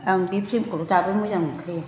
आं बे फिल्मखौल' दाबो मोजां मोनखायो